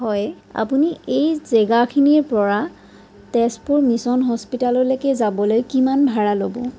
হয় আপুনি এই জেগাখিনিৰ পৰা তেজপুৰ মিছন হস্পিটেললৈকে যাবলৈ কিমান ভাড়া ল'ব